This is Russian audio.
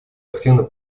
активно